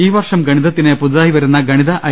ഈ വർഷം ഗണിതത്തിന് പുതുതായി വരുന്ന ഗണിത ഐ